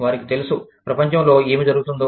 వారికి తెలుసు ప్రపంచంలో ఏమి జరుగుతుందో